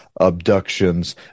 abductions